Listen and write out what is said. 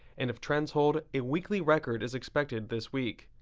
and if trends hold, a weekly record is expected this week.